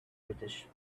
british